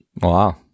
wow